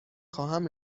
خواهم